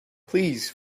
please